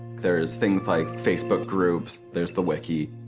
there's things like facebook groups. there's the wiki.